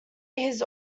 his